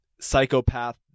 psychopath